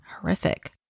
horrific